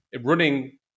running